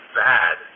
bad